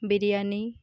biryani